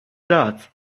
that